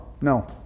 No